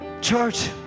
Church